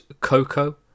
Coco